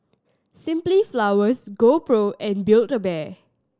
Simply Flowers GoPro and Build A Bear